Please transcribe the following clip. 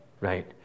right